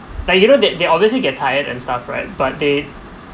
like you know they they obviously get tired and stuff right but they